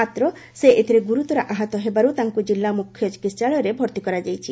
ମାତ୍ର ସେ ଏଥିରେ ଗୁରୁତର ଆହତ ହେବାରୁ ତାଙ୍କୁ ଜିଲ୍ଲା ମୁଖ୍ୟ ଚିକିହାଳୟରେ ଭର୍ତ୍ତି କରାଯାଇଛି